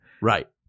Right